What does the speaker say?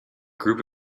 group